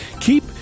Keep